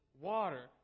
water